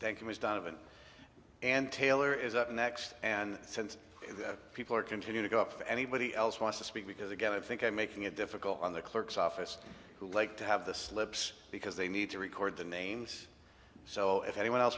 thank you ms donovan and taylor is up next and the sense is that people are continue to go up for anybody else want to speak because again i think i'm making it difficult on the clerk's office who like to have the slips because they need to record the names so if anyone else